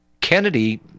Kennedy